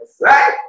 right